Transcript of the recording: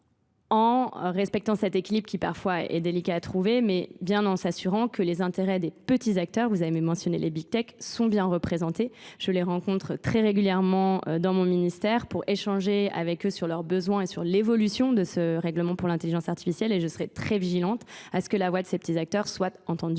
en respectant cet équilibre qui parfois est délicat à trouver, mais bien en s'assurant que les intérêts des petits acteurs, vous avez même mentionné les big tech, sont bien représentés. Je les rencontre très régulièrement dans mon ministère pour échanger avec eux sur leurs besoins et sur l'évolution de ce règlement pour l'intelligence artificielle et je serai très vigilante à ce que la voix de ces petits acteurs soit entendue